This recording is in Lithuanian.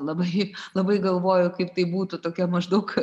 labai labai galvojo kaip tai būtų tokia maždaug